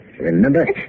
Remember